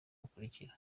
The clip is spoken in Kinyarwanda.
bukurikira